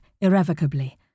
irrevocably